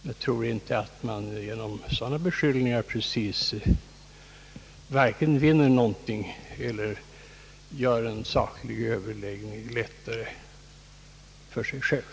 Jag tror dock inte att man genom sådana beskyllningar vare sig vinner något eller gör en saklig överläggning lättare för sig själv.